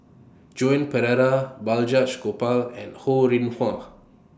Joan Pereira Balraj Gopal and Ho Rih Hwa